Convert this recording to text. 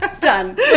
done